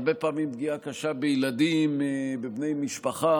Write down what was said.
הרבה פעמים יש פגיעה קשה בילדים, בבני משפחה.